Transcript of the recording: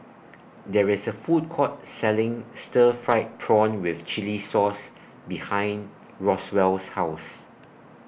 There IS A Food Court Selling Stir Fried Prawn with Chili Sauce behind Roswell's House